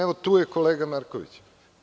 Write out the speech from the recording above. Evo tu je kolega Marković.